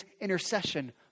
intercession